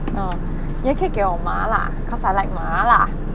oh 也可以给我麻辣 cause I like 麻辣